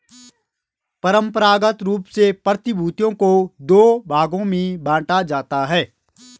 परंपरागत रूप से प्रतिभूतियों को दो भागों में बांटा जाता है